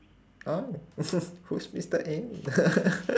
ah who's mister M